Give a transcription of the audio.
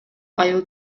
айыл